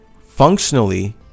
functionally